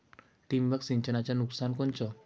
ठिबक सिंचनचं नुकसान कोनचं?